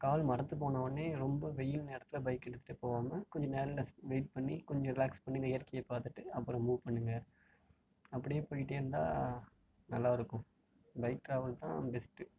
கால் மரத்துப் போனவுன்னே ரொம்ப வெயில் நேரத்தில் பைக் எடுத்துகிட்டுப் போவாமல் கொஞ்சம் நிழலில் வெயிட் பண்ணி கொஞ்சம் ரிலாக்ஸ் பண்ணி அந்த இயற்கையை பார்த்துட்டு அப்பறம் மூவ் பண்ணுங்கள் அப்படியே போய்கிட்டே இருந்தால் நல்லாயிருக்கும் பைக் ட்ராவல் தான் பெஸ்ட்டு